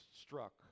struck